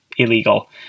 illegal